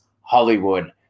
Hollywood